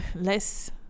less